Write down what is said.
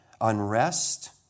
unrest